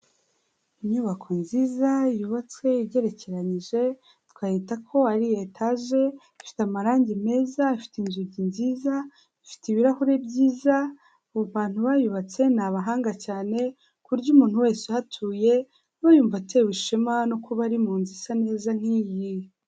Inyubako nziza yubatswe igerekeranije, twayihita ko ari etage, ifite amarangi meza, ifite inzugi nziza, ifite ibirahuri byiza, abo bantu bayubatse ni abahanga cyane, ku buryo umuntu wese uhatuye aba yumva atewe ishema no kuba ari munzu isa neza nk'iyi.